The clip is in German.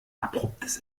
abruptes